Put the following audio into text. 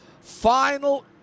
Final